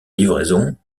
livraison